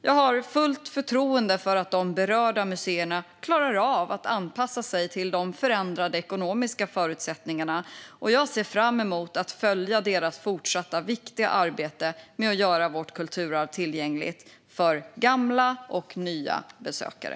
Jag har fullt förtroende för att de berörda museerna klarar av att anpassa sig till de förändrade ekonomiska förutsättningarna, och jag ser fram emot att följa deras fortsatta viktiga arbete med att göra vårt kulturarv tillgängligt för gamla och nya besökare.